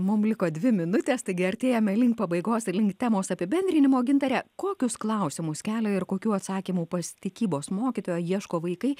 mum liko dvi minutės taigi artėjame link pabaigos ir link temos apibendrinimo gintare kokius klausimus kelia ir kokių atsakymų pas tikybos mokytoją ieško vaikai